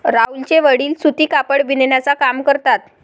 राहुलचे वडील सूती कापड बिनण्याचा काम करतात